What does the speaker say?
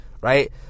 right